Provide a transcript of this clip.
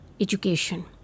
education